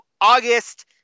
August